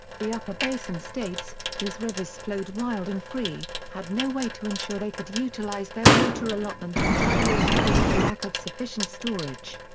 the upper basin states, whose rivers flowed wild and free, had no way to ensure they could utilize their water allotment in dry years because of the lack of sufficient storage.